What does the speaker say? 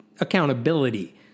accountability